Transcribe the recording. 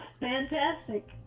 Fantastic